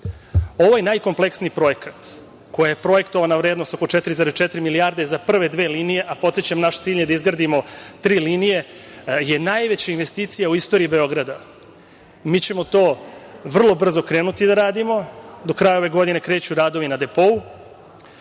najkompleksniji projekat, koji je projektovana vrednost oko 4,4 milijarde za prve dve linije, a podsećam, naš cilj je da izgradimo tri linije, je najveća investicija u istoriji Beograda. Mi ćemo to vrlo brzo krenuti da radimo. Do kraja ove godine kreću radovi na depou,